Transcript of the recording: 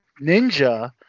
ninja